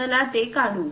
चला ते काढू